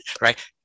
right